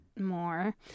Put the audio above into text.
more